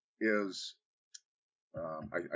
is—I